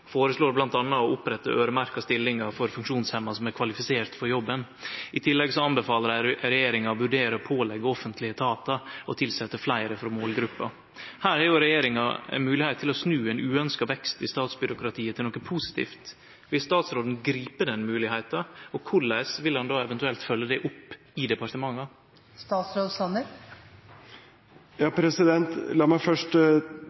å opprette øyremerkte stillingar for funksjonshemma som er kvalifiserte for jobben. I tillegg anbefaler dei regjeringa å vurdere å påleggje offentlege etatar å tilsetje fleire frå målgruppa. Her har regjeringa ei moglegheit til å snu ein uønskt vekst i statsbyråkratiet til noko positivt. Vil statsråden gripe den moglegheita? Og korleis vil han eventuelt følgje det opp i departementa? La meg først